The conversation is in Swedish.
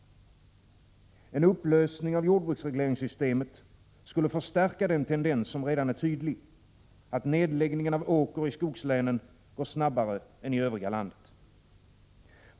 En upplösning av jordbruksregleringssystemet skulle förstärka den tendens som redan är tydlig — att nedläggningen av åker i skogslänen går snabbare än i övriga landet.